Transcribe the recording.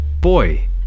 Boy